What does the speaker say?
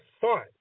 thought